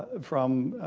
ah from,